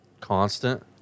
constant